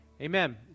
amen